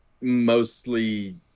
mostly